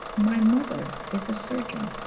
my mother is a surgeon.